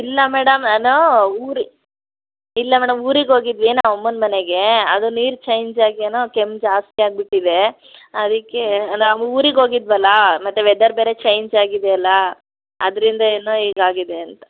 ಇಲ್ಲ ಮೇಡಮ್ ನಾನು ಊರಿ ಇಲ್ಲ ಮೇಡಮ್ ಊರಿಗೆ ಹೋಗಿದ್ವಿ ನಮ್ಮ ಅಮ್ಮನ ಮನೆಗೆ ಅದು ನೀರು ಚೇಂಜ್ ಆಗಿ ಏನೋ ಕೆಮ್ಮು ಜಾಸ್ತಿ ಆಗಿಬಿಟ್ಟಿದೆ ಅದಕ್ಕೆ ನಾವು ಊರಿಗೆ ಹೋಗಿದ್ವಲ್ಲ ಮತ್ತು ವೆದರ್ ಬೇರೆ ಚೇಂಜ್ ಆಗಿದೆಯಲ್ಲ ಅದರಿಂದ ಏನೋ ಹೀಗ್ ಆಗಿದೆ ಅಂತ